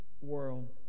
world